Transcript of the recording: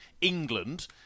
England